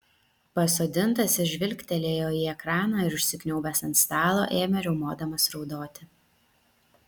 pasodintasis žvilgtelėjo į ekraną ir užsikniaubęs ant stalo ėmė riaumodamas raudoti